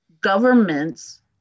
governments